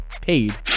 paid